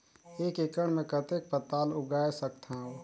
एक एकड़ मे कतेक पताल उगाय सकथव?